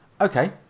Okay